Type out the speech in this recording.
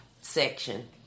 section